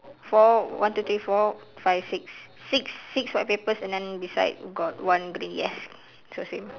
four one two three four five six six six white papers and then beside got one green yes so same